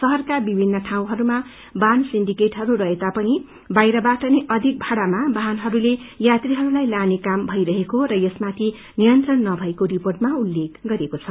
शहरका विभिन्न ठाउँहरूमा वाहन सिन्डीकेटहरू रहेता पनि बाहिर बाट नै अधिक भाड़ामा वाहनहरूले यात्रीहरूलाई लाने काम भई रहेको र यसमाथि नियंत्रण न भएको रिपोर्टमा उल्लेख गरिएको छ